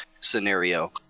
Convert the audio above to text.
scenario